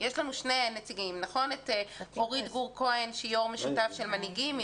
שני נציגים את אורית גור-כהן שהיא יושב ראש משותף של מנהיגים,